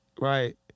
right